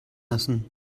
lassen